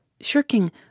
shirking